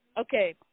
Okay